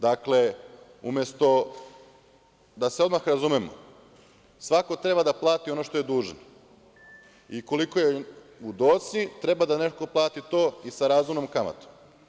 Da se odmah razumemo, svako treba da plati ono što je dužan i ukoliko je u docnji treba da neko plati to sa razumnom kamatom.